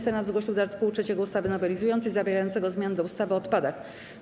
Senat zgłosił do art. 3 ustawy nowelizującej zawierającego zmiany do ustawy o odpadach.